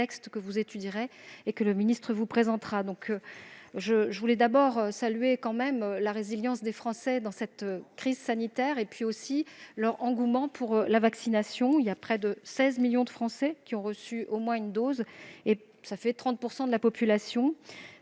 Tout d'abord, je salue la résilience des Français dans cette crise sanitaire, ainsi que leur engouement pour la vaccination. Près de 16 millions de Français ont reçu au moins une dose, soit 30 % de la population.